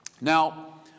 Now